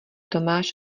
tomáš